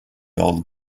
old